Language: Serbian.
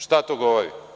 Šta to govori?